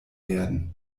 werden